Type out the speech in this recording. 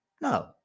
No